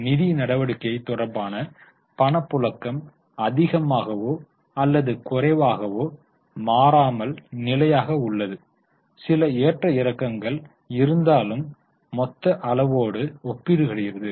நிதி நடவடிக்கை தொடர்பான பணப்புழக்கம் அதிகமாகவோ அல்லது குறைவாகவோ மாறாமல் நிலையாக உள்ளது சில ஏற்ற இறக்கங்கள் இருந்தாலும் மொத்த அளவோடு ஒப்பிடப்படுகிறது